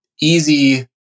easy